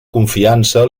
confiança